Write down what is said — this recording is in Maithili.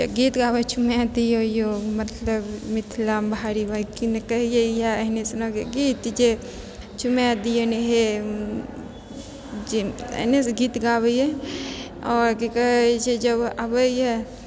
गीत गाबै चुमाय दियौ यौ मतलब मिथिला की ने कहै यऽ एहने सनक गीत जे चुमाए दियनि हे जे एहने गीत गाबै यऽ आओर की कहै छै जे अबै यऽ